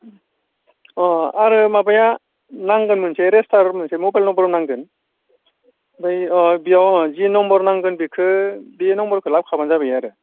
अ अ आरो माबाया नांगोन मोनसे रेजिस्टार मोनसे मबाइल नम्बर नांगोन बै अ बियाव जि नम्बर नांगोन बिखो बि नम्बरखौ लाबो खाबानो जाबाय आरो